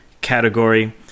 category